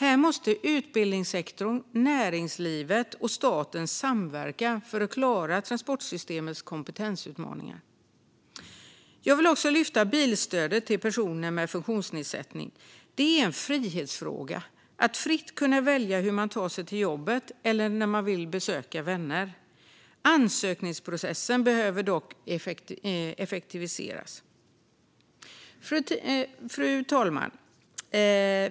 Här måste utbildningssektorn, näringslivet och staten samverka för att klara transportsystemets kompetensutmaningar. Jag vill också lyfta fram bilstödet till personer med funktionsnedsättning. Det är en frihetsfråga att fritt kunna välja hur man tar sig till jobbet eller när man vill besöka vänner. Ansökningsprocessen behöver dock effektiviseras. Fru talman!